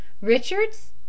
Richards